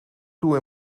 toe